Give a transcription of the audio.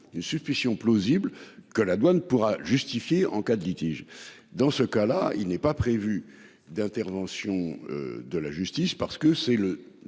une suspicion plausible que la douane pourra justifier en cas de litige. Dans ce cas-là, il n'est pas prévu d'intervention. De la justice parce que c'est le